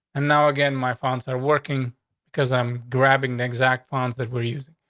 and now again, my funds are working because i'm grabbing the exact funds that were using.